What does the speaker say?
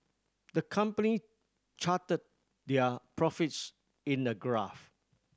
the company charted their profits in a graph